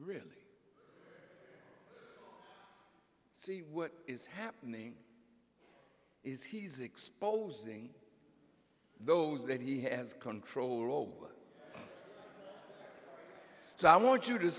really see what is happening is he's exposing those that he has control over so i want you to